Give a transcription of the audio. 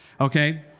okay